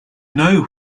know